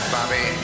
Bobby